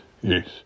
yes